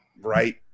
Right